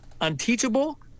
unteachable